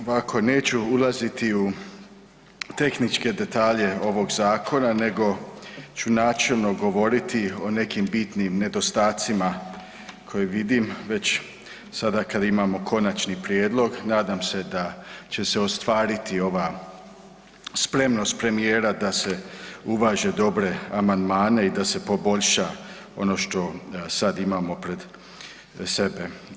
Ovako, neću ulaziti u tehničke detalje ovog zakona nego ću načelno govoriti o nekim bitnim nedostacima koje vidim već sada kad imamo konačni prijedlog, nadam se da će se ostvariti ova spremnost premijera da se uvaže dobre amandmane i da se poboljša ono što sad imamo pred sebe.